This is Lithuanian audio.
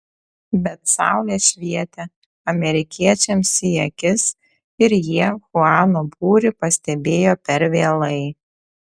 bet saulė švietė amerikiečiams į akis ir jie chuano būrį pastebėjo per vėlai